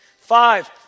Five